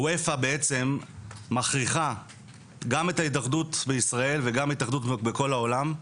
אופ"א בעצם מכריחה גם את ההתאחדות בישראל וגם את ההתאחדות בכל העולם,